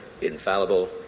infallible